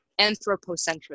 anthropocentrism